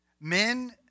Men